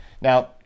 Now